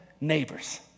neighbors